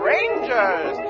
Rangers